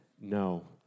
no